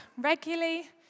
regularly